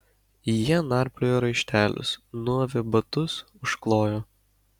jie narpliojo raištelius nuavę batus užklojo